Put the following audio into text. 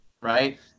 right